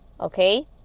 Okay